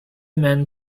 men